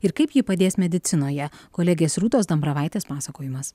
ir kaip ji padės medicinoje kolegės rūtos dambravaitės pasakojimas